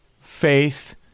faith